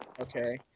okay